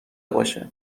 باشه